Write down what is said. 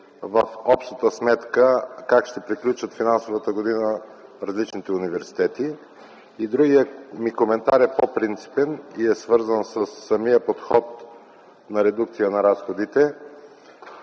в общата сметка как ще приключат финансовата година различните университети. Другият ми коментар е по-принципен и е свързан със самия подход на редукция на разходите.